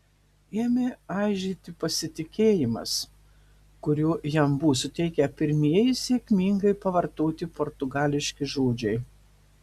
ėmė aižėti pasitikėjimas kurio jam buvo suteikę pirmieji sėkmingai pavartoti portugališki žodžiai